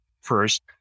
First